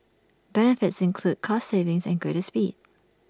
benefits include cost savings and greater speed